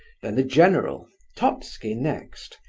then the general, totski next,